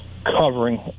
covering